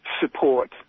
support